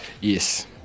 Yes